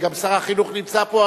גם שר החינוך נמצא פה.